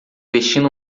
vestindo